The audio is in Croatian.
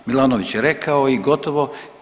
Milanović je rekao i gotovo.